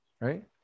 right